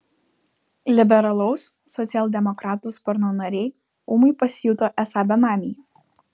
liberalaus socialdemokratų sparno nariai ūmai pasijuto esą benamiai